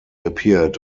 appeared